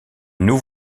nous